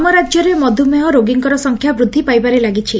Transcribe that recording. ଆମ ରାକ୍ୟରେ ମଧୁମେହ ରୋଗୀଙ୍କର ସଂଖ୍ୟା ବୂଦ୍ଧି ପାଇବାରେ ଲାଗିଛି